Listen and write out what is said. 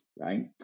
right